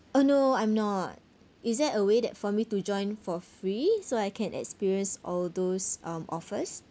uh no I'm not is there a way that for me to join for free so I can experience all those um offers